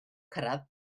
cyrraedd